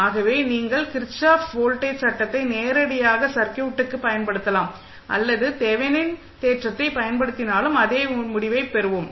ஆகவே நீங்கள் Kirchhoff voltage சட்டத்தை நேரடியாக சர்க்யூட்டுக்கு பயன்படுத்தலாம் அல்லது தெவெனின் தேற்றத்தைப் பயன்படுத்தினாலும் அதே முடிவைப் பெறுவோம்